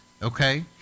Okay